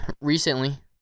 recently